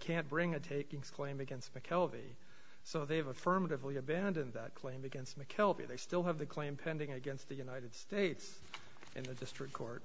can't bring a taking slam against the kelby so they've affirmatively abandon that claim against mckillop they still have the claim pending against the united states and the district court